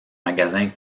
magasin